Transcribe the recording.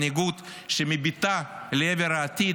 מנהיגות שמביטה לעבר העתיד,